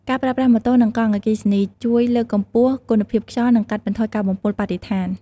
ការប្រើប្រាស់ម៉ូតូនិងកង់អគ្គិសនីជួយលើកកម្ពស់គុណភាពខ្យល់និងកាត់បន្ថយការបំពុលបរិស្ថាន។